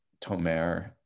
Tomer